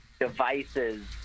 devices